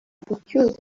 gucyura